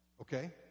Okay